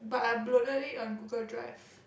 but I uploaded it on Google Drive